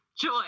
joy